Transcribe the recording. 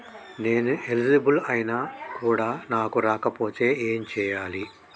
నేను ఎలిజిబుల్ ఐనా కూడా నాకు రాకపోతే ఏం చేయాలి?